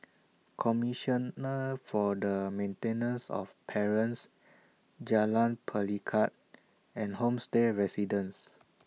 Commissioner For The Maintenance of Parents Jalan Pelikat and Homestay Residences